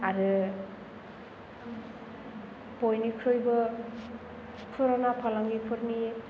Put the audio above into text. आरो बायनिख्रुइबो पुरुना फालांगिफोरनि